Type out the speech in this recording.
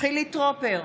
חילי טרופר,